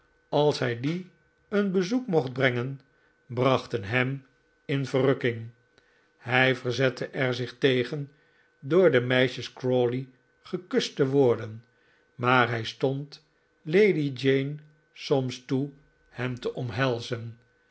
als hij die een bezoek mocht brengen brachten hem in verrukking hij verzette er zich tegen door de meisjes crawley gekust te worden maar hij stond lady jane soms toe hem te omhelzen